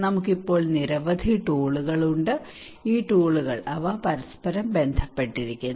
നമുക്ക് ഇപ്പോൾ നിരവധി ടൂളുകൾ ഉണ്ട് ഈ ടൂളുകൾ അവ പരസ്പരം വ്യത്യാസപ്പെട്ടിരിക്കുന്നു